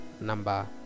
number